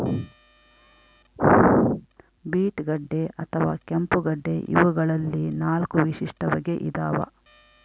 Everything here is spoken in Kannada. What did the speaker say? ಬೀಟ್ ಗಡ್ಡೆ ಅಥವಾ ಕೆಂಪುಗಡ್ಡೆ ಇವಗಳಲ್ಲಿ ನಾಲ್ಕು ವಿಶಿಷ್ಟ ಬಗೆ ಇದಾವ